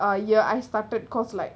ah year I started cause like